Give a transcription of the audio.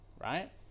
right